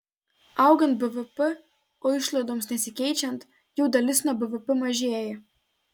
augant bvp o išlaidoms nesikeičiant jų dalis nuo bvp mažėja